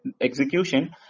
execution